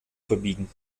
verbiegen